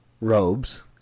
robes